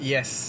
Yes